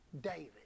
David